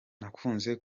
nakunze